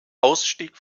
ausstieg